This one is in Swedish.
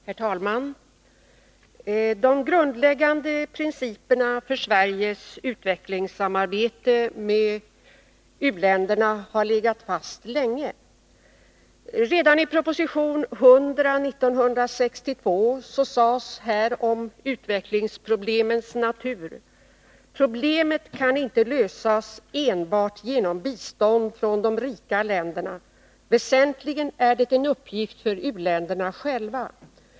Herr talman! De grundläggande principerna för Sveriges utvecklingssamarbete med u-länderna har legat fast länge. Redan i proposition 1962:100 sades om utvecklingsproblemets natur: ”Problemet kan inte lösas enbart genom bistånd från de rika länderna. Väsentligen är det en uppgift för u-länderna själva.